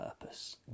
purpose